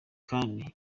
kandi